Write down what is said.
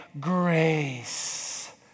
Grace